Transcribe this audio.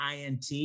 INT